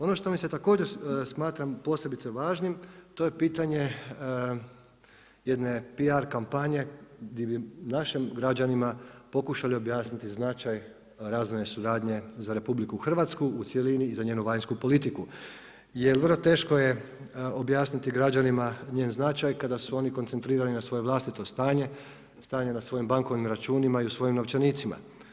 Ono što također smatram posebice važnim, to je pitanje jedne PR kampanje gdje bi našim građanima pokušali objasniti značaj razvojne suradnje za RH u cjelini i za njenu vanjsku politiku jer vrlo teško je objasniti građanima njen značaj kada su oni koncentrirani na svoje vlastito stanje, stanje na svojim bankovnim računima i u svojim novčanicima.